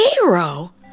Hero